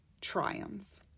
Triumph